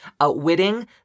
Outwitting